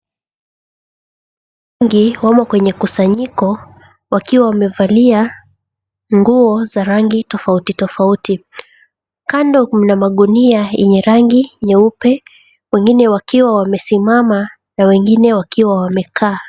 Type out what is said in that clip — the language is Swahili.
Watu wengi wamo kwenye mkusanyiko wakiwa wamevalia nguo za rangi tofauti tofauti. Kando mna magunia yenye rangi nyeupe, wengine wakiwa wamesimama, wengine wakiwa wamekaa.